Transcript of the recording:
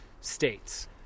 states